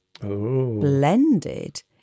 Blended